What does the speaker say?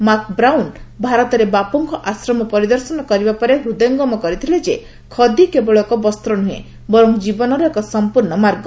ମାକ୍ Brown ଭାରତରେ ବାପୁଙ୍କ ଆଶ୍ରମ ପରିଦର୍ଶନ କରିବା ପରେ ହୃଦଙ୍ଗମ କରିଥିଲେ ଯେ ଖଦୀ କେବଳ ଏକ ବସ୍ତ୍ର ନୁହେଁ ବର୍ଚ ଜୀବନର ଏକ ସମ୍ପୂର୍ଣ୍ଣ ମାର୍ଗ